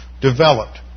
developed